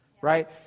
right